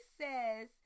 says